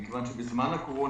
מכיוון שבזמן הקורונה,